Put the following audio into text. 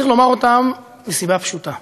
צריך לומר אותם מסיבה פשוטה: